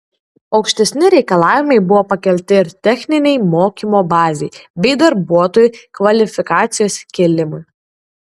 aukštesni reikalavimai buvo pakelti ir techninei mokymo bazei bei darbuotojų kvalifikacijos kėlimui